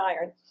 iron